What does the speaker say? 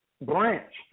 branch